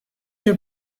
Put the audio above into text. your